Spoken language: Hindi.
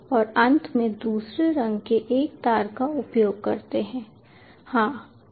और अंत में दूसरे रंग के एक तार का उपयोग करते हैं हाँ